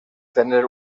tener